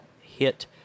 hit